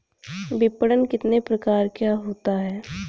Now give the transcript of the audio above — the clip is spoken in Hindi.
विपणन कितने प्रकार का होता है?